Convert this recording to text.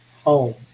home